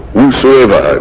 Whosoever